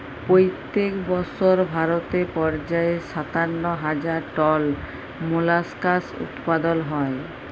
পইত্তেক বসর ভারতে পর্যায়ে সাত্তান্ন হাজার টল মোলাস্কাস উৎপাদল হ্যয়